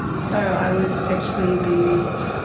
so i was sexually abused